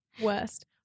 Worst